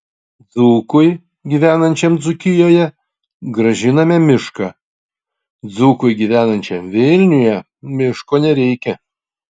dzūkui gyvenančiam dzūkijoje grąžiname mišką dzūkui gyvenančiam vilniuje miško nereikia